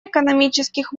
экономических